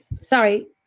sorry